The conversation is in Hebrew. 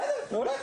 בסדר, מעולה,